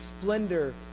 splendor